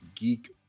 geek